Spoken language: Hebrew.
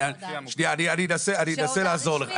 אני אנסה לעזור לך,